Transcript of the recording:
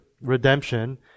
redemption